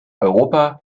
europa